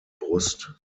brust